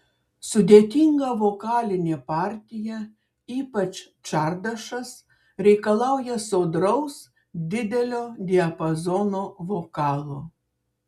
sudėtinga vokalinė partija ypač čardašas reikalauja sodraus didelio diapazono vokalo